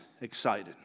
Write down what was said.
excited